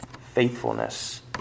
faithfulness